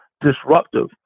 disruptive